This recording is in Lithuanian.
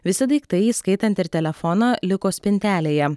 visi daiktai įskaitant ir telefoną liko spintelėje